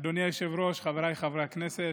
אדוני היושב-ראש, חבריי חברי הכנסת,